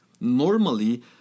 Normally